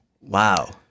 Wow